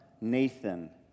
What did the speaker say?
Nathan